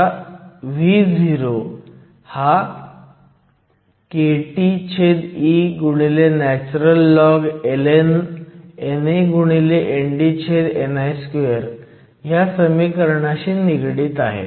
आता Vo हा kTeln NANDni2 शी निगडित आहे